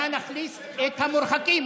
נא להכניס את המורחקים,